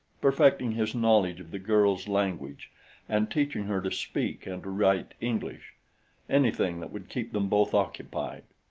perfecting his knowledge of the girl's language and teaching her to speak and to write english anything that would keep them both occupied.